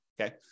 Okay